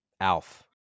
Alf